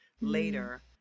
later